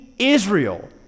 Israel